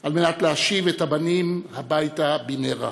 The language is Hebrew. על מנת להשיב את הבנים הביתה במהרה.